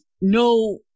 no